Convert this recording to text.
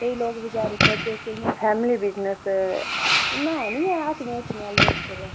केईं लोक बेचारे करदे केईं फैमली बिजनेस इन्नै ऐ नी ऐ हट्टियां हुट्टियां लोग